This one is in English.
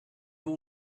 have